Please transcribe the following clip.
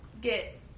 get